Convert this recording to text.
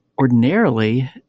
ordinarily